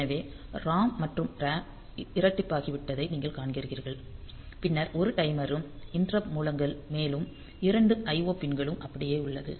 எனவே ROM மற்றும் RAM இரட்டிப்பாகிவிட்டதை நீங்கள் காண்கிறீர்கள் பின்னர் 1 டைமரும் இண்டிரப்ட் மூலங்கள் மேலும் 2 IO பின் கள் அப்படியே உள்ளது